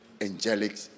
angelic